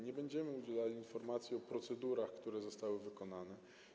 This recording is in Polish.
Nie będziemy udzielali informacji o procedurach, które zostały wykonane.